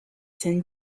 scènes